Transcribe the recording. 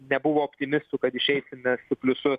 nebuvo optimistų kad išeisime su pliusu